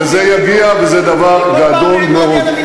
וזה יגיע, וזה דבר גדול מאוד.